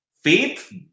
faith